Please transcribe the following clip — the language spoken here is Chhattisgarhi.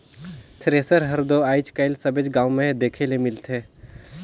थेरेसर हर दो आएज काएल सबेच गाँव मे देखे ले मिलथे